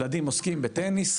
ילדים עוסקים בטניס,